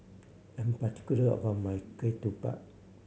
I'm particular about my ketupat